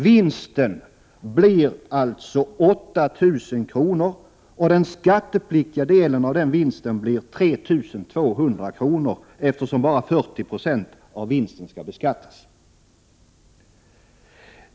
Vinsten blir alltså 8 000 kr., och den skattepliktiga delen av den blir 3 200 kr., eftersom bara 40 26 av vinsten skall beskattas.